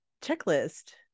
checklist